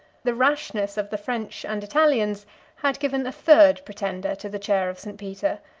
the rashness of the french and italians had given a third pretender to the chair of st. peter.